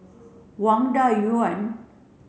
Wang Dayuan